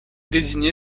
désignée